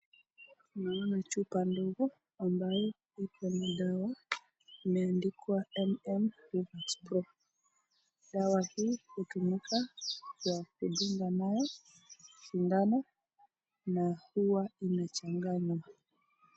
Ninaona chupa ndogo ambayo iko na dawa imeandikwa M-M-Rvax Pro, dawa hii hutumika kwa kudunga nayo sindano na huwa inachanganywa.